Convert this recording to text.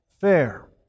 fair